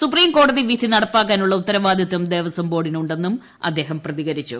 supreme കോടതി വിധി നടപ്പാക്കാനുള്ള ഉത്തരവാദിത്തം ദേവസ്ഥ ബോർഡിനുണ്ടെന്നും അദ്ദേഹം പ്രതികരിച്ചു